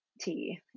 tea